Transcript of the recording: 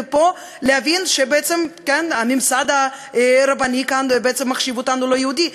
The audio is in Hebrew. ופה להבין שבעצם הממסד הרבני כאן בעצם מחשיב אותנו לא יהודים?